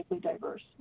diverse